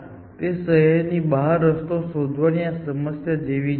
અને અમે જે સમસ્યા જોઈ રહ્યા હતા તે શહેરની બહાર રસ્તો શોધવાની આ સમસ્યા જેવી છે